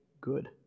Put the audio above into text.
good